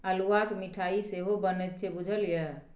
अल्हुआक मिठाई सेहो बनैत छै बुझल ये?